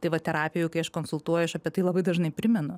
tai va terapijoj kai aš konsultuoju aš apie tai labai dažnai primenu